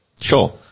Sure